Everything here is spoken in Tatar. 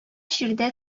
җирдә